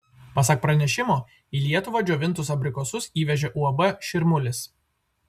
pasak pranešimo į lietuvą džiovintus abrikosus įvežė uab širmulis